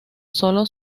solo